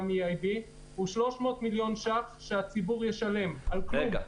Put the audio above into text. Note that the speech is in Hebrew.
מ-EIB הוא 300 מיליון שקל שהציבור ישלם על כלום.